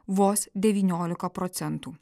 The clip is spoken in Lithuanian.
vos devyniolika procentų